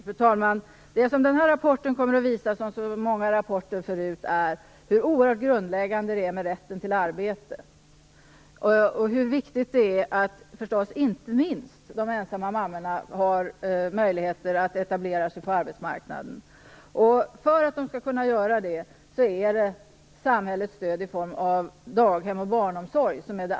Fru talman! Det som den här rapporten kommer att visa är, liksom så många rapporter tidigare, hur oerhört grundläggande rätten till arbete är. Det är förstås inte minst viktigt att de ensamma mammorna har möjligheter att etablera sig på arbetsmarknaden. Det allra viktigaste för att de skall kunna göra det är samhällets stöd i form av daghem och barnomsorg.